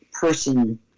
person